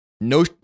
no